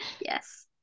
Yes